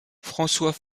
françois